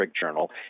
journal